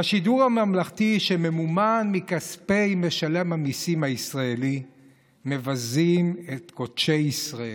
בשידור הממלכתי שממומן מכספי משלם המיסים הישראלי מבזים את קודשי ישראל.